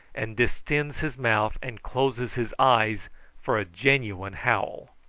and distends his mouth and closes his eyes for a genuine howl.